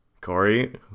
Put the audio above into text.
Corey